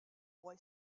boy